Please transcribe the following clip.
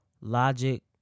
logic